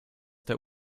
der